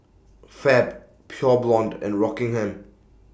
Fab Pure Blonde and Rockingham